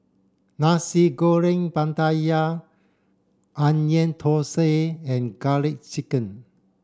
Nasi Goreng Pattaya Onion Thosai and garlic chicken